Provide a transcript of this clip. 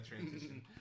Transition